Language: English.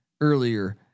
earlier